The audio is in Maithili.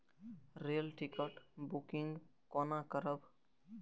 रेल टिकट बुकिंग कोना करब?